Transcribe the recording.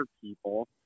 people